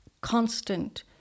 constant